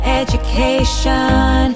education